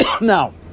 Now